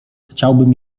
chciałbym